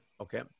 Okay